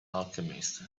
alchemist